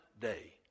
day